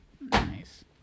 Nice